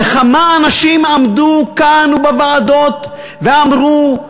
וכמה אנשים עמדו כאן ובוועדות, ואמרו: